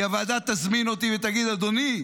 כי הוועדה תזמין אותי ותגיד: אדוני,